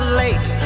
late